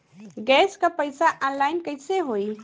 Gas क पैसा online कइसे होई?